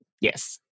yes